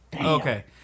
Okay